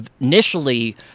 initially